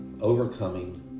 overcoming